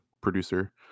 producer